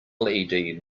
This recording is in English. led